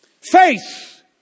Faith